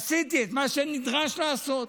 עשיתי את מה שנדרש לעשות,